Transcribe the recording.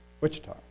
Wichita